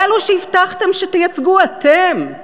באלו שהבטחתם שתייצגו, אתם,